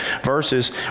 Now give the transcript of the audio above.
verses